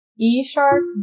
E-sharp